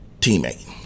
teammate